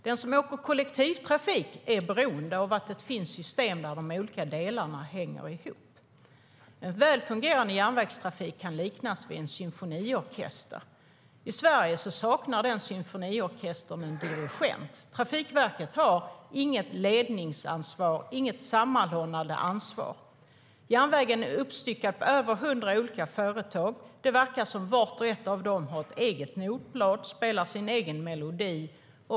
Den som åker med kollektivtrafik är beroende av att det finns system där de olika delarna hänger ihop. En väl fungerande järnvägstrafik kan liknas vid en symfoniorkester. I Sverige saknar den symfoniorkestern en dirigent. Trafikverket har inget ledningsansvar och inget sammanhållande ansvar. Järnvägen är uppstyckad på över 100 olika företag. Det verkar som att vart och ett av dem har ett eget notblad och spelar sin egen melodi.